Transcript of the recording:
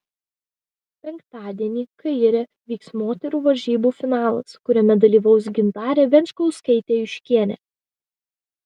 penktadienį kaire vyks moterų varžybų finalas kuriame dalyvaus gintarė venčkauskaitė juškienė